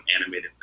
animated